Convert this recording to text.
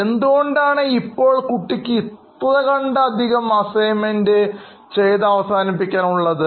എന്തുകൊണ്ടാണ് ഇപ്പോൾ കുട്ടിക്ക് അധികംഅസൈമെൻറ് ചെയ്ത അവസാനിപ്പിക്കാൻ ഉള്ളത്